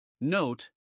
Note